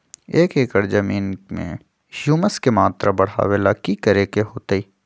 एक एकड़ जमीन में ह्यूमस के मात्रा बढ़ावे ला की करे के होतई?